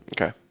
Okay